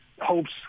hopes